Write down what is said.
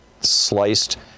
sliced